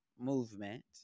movement